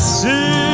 see